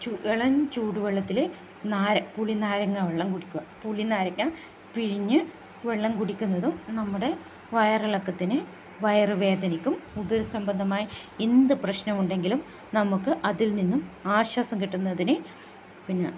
ചൂട് ഇളം ചൂടു വെള്ളത്തിൽ നാരങ്ങ പുളി നാരങ്ങ വെള്ളം കുടിക്കുക പുളി നാരങ്ങാ പിഴിഞ്ഞ് വെള്ളം കുടിക്കുന്നതും നമ്മുടെ വയറിളക്കത്തിന് വയറുവേദനയ്ക്കും ഉദരസംബന്ധമായ എന്ത് പ്രശ്നമുണ്ടെങ്കിലും നമുക്ക് അതിൽ നിന്നും ആശ്വാസം കിട്ടുന്നതിന് പിന്നെ